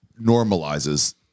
normalizes